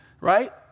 right